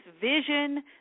vision